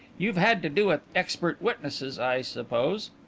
you've had to do with expert witnesses i suppose?